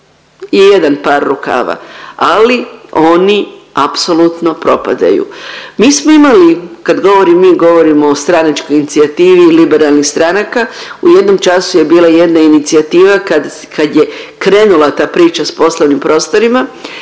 je jedan par rukava, ali oni apsolutno propadaju. Mi smo imali, kad govorim mi govorim o stranačkoj inicijativi liberalnih stanaka u jednom času je bila jedna inicijativa kad je krenula ta priča s poslovnim prostorima